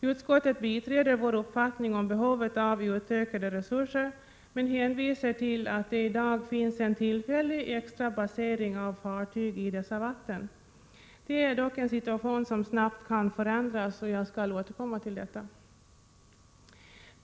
Utskottet biträder vår uppfattning om behovet av utökade resurser men hänvisar till att det i dag finns en tillfällig extra basering av fartyg i dessa vatten. Detta är dock en situation som snabbt kan förändras — jag skall återkomma till detta.